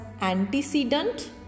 antecedent